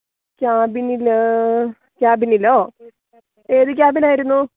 ക്യാബിനില് ക്യാബിനിലോ ഏത് ക്യാബിനാരുന്നു